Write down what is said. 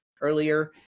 earlier